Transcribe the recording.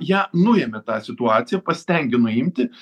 ją nuėmė tą situaciją pasistengė nuimti